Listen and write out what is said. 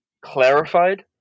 clarified